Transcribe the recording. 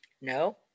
No